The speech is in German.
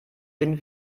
den